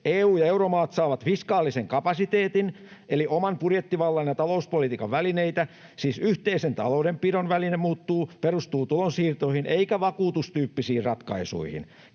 EU- ja euromaat saavat fiskaalisen kapasiteetin eli oman budjettivallan ja talouspolitiikan välineitä. Siis yhteisen taloudenpidon väline muuttuu, perustuu tulonsiirtoihin eikä vakuutustyyppisiin ratkaisuihin.